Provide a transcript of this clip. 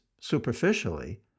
superficially